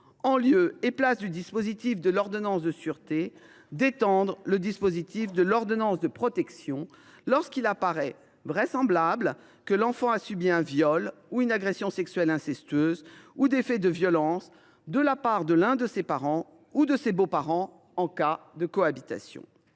en remplacement du dispositif de l’ordonnance de sûreté, le dispositif de l’ordonnance de protection, lorsqu’il paraît vraisemblable que l’enfant a subi un viol ou une agression sexuelle incestueux ou des faits de violence de la part de l’un de ses parents ou de l’un de ses beaux parents, en cas de cohabitation.